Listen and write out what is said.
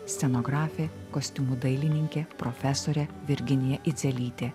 scenografė kostiumų dailininkė profesorė virginija idzelytė